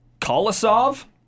Kolosov